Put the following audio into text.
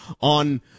on